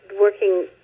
working